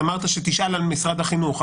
אמרת שתשאל על משרד החינוך.